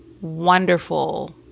wonderful